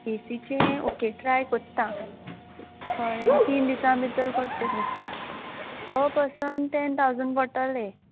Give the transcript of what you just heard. एसीचें okay try कोत्ता कोळें तीन दिसा भितोर कोट्टेलें प पसन तॅन थावजन पडटले